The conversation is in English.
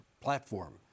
platform